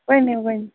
ؤنِو وۄنۍ